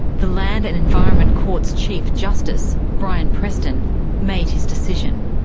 the land and environment court's chief justice brian preston made his decision.